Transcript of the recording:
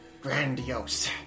grandiose